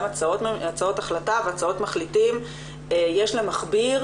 הצעות החלטה והצעות מחליטים יש למכביר,